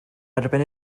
erbyn